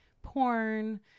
Porn